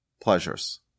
pleasures